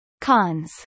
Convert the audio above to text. Cons